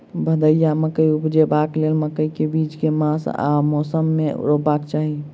भदैया मकई उपजेबाक लेल मकई केँ बीज केँ मास आ मौसम मे रोपबाक चाहि?